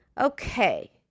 Okay